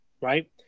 right